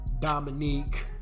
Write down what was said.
Dominique